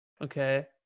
Okay